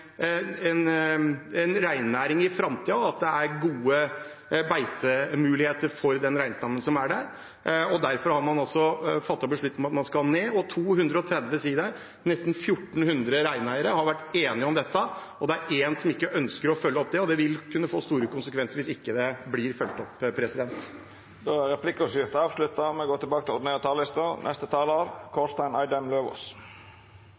ha en reinnæring i framtiden, og at det er gode beitemuligheter for den reinstammen som er der. Derfor har man fattet en beslutning om at man skal ned. 230 sidaer, nesten 1 400 reineiere, har vært enige om dette. Det er én som ikke ønsker å følge det opp, og det vil kunne få store konsekvenser hvis det ikke blir fulgt opp. Replikkordskiftet er då avslutta. Det burde egentlig ikke være nødvendig, men i dag føler jeg for å starte med